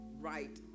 right